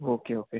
okay okay